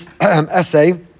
essay